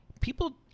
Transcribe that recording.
people